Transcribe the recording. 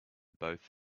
both